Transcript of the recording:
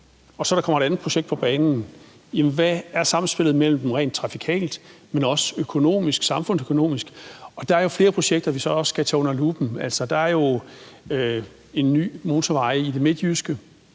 der så kommer et andet projekt på banen, hvad er så samspillet mellem dem, både rent trafikalt og også samfundsøkonomisk? Og der er jo flere projekter, som vi så også skal tage under luppen. Altså, der er jo en ny motorvej i det midtjyske,